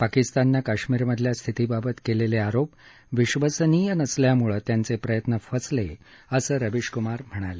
पाकिस्ताननं काश्मीरमधल्या स्थितीबाबत केलेले आरोप विश्वसनीय नसल्याम्ळे त्यांचे प्रयत्न फसले असंही रवीश क्मार म्हणाले